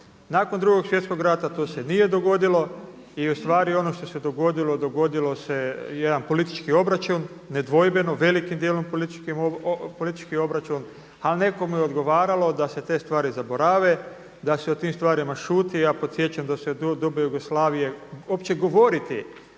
Nakon Drugog svjetskog rata to se nije dogodilo. I ustvari ono što se dogodilo, dogodio se jedan politički obračun, nedvojbeno, velikim dijelom politički obračun ali nekome je odgovaralo da se te stvari zaborave, da se o tim stvarima šuti. A ja podsjećam da se u doba Jugoslavije, uopće govoriti